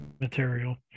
material